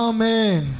Amen